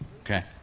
Okay